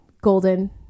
golden